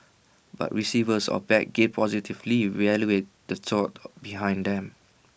but receivers of bad gifts positively evaluated the thought behind them